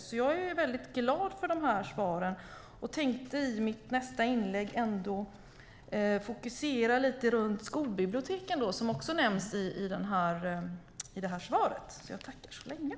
Jag är därför väldigt glad för svaren. Jag tänkte i mitt nästa inlägg fokusera lite på skolbiblioteken, som också nämns i svaret.